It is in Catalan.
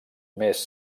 més